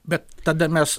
bet tada mes